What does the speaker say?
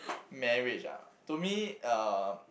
marriage ah to me uh